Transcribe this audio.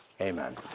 Amen